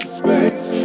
space